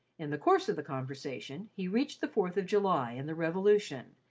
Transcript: in the course of the conversation, he reached the fourth of july and the revolution,